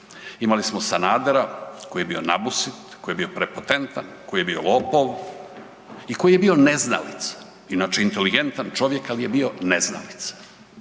imali smo Sanadera koji je bio nabusit, koji je bio prepotentan, koji je bio lopov i koji je bio neznalica, inače inteligentan čovjek, al je bio neznalica